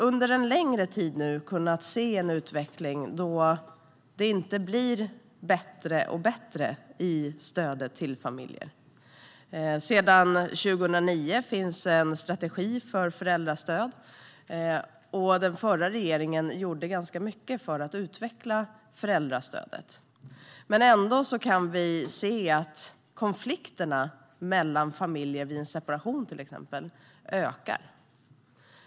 Under en längre tid har vi kunnat se en utveckling där det inte blir bättre när det gäller stödet för familjer. Sedan 2009 finns det en strategi för föräldrastöd, och den förra regeringen gjorde ganska mycket för att utveckla föräldrastödet. Ändå kan vi se att konflikterna mellan föräldrar till exempel vid en separation ökar.